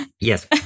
Yes